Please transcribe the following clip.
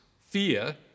fear